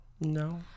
No